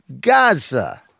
Gaza